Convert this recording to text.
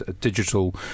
digital